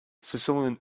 sicilian